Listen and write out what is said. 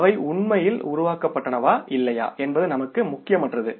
அவை உண்மையில் உருவாக்கப்பட்டனவா இல்லையா என்பது நமக்கு முக்கியமற்றது